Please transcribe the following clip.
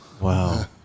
wow